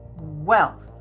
wealth